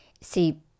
See